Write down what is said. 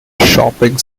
shopping